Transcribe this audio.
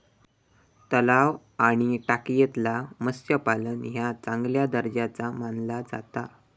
तलाव आणि टाकयेतला मत्स्यपालन ह्या चांगल्या दर्जाचा मानला जाता